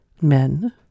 Men